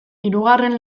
hirugarren